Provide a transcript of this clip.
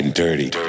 Dirty